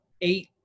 eight